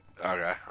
Okay